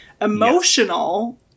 Emotional